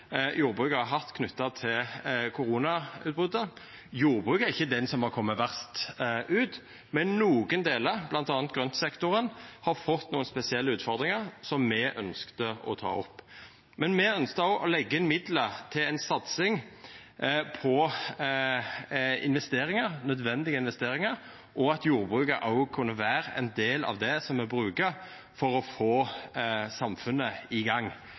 jordbruket har hatt knytte til koronautbrotet. Jordbruket er ikkje den som har kome verst ut, men nokre delar, bl.a. grøntsektoren, har fått nokre spesielle utfordringar som me ønskte å ta opp. Me ønskte også å leggja inn midlar til ei satsing på investeringar, nødvendige investeringar, og at jordbruket også kunne vera ein del av det som me brukar for å få samfunnet i gang.